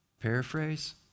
Paraphrase